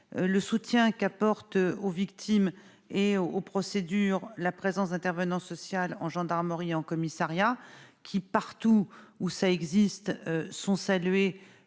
le soutien qu'apporte aux victimes et aux procédures, la présence intervenant social en gendarmerie en commissariat qui partout où ça existe sont salué